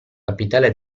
capitale